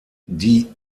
die